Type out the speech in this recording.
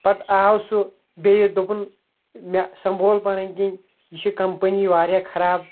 پَتہٕ آو سُہ بیٚیہِ دوٚپُن مےٚ سنٛمبھول پَنٕنۍ کِنۍ یہِ چھِ کَمپٔنی واریاہ خراب